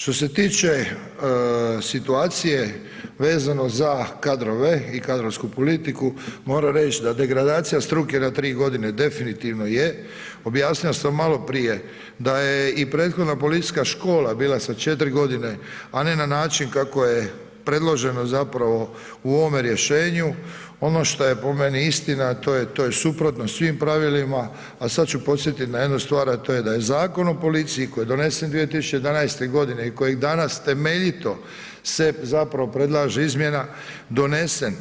Što se tiče, situacije vezano za kadrove i kadrovsku politiku, moramo reći da degradacija struke na 3 g. definitivno je, objasnio sam maloprije da je i prethodna policijska škola bila sa 4 g. a ne na način kako je predloženo zapravo u ovome rješenju, ono što je po meni istina a to je suprotno svim pravilima, a sad ću podsjetiti na jednu stvar a to je da je Zakon o policiji koji je donesen 2011. g. i koji danas temeljito se zapravo predlaže izmjena, donesen